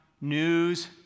news